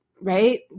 right